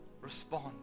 respond